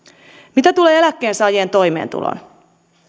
mitä tulee eläkkeensaajien toimeentuloon